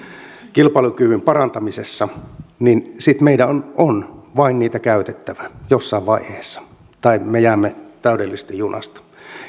kilpailukyvyn parantamisessa niin sitten meidän on on vain niitä käytettävä jossain vaiheessa tai me jäämme täydellisesti junasta